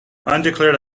undeclared